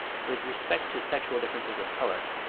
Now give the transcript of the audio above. with respect to sexual differences of colour,